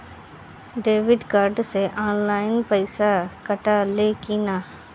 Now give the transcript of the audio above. Debit card से online पैसा कटा ले कि ना?